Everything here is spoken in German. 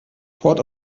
port